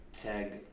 tag